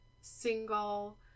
single